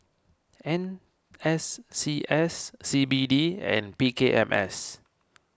N S C S C B D and B K M S